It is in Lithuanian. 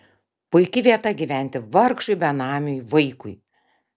puiki vieta gyventi vargšui benamiui vaikui